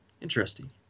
Interesting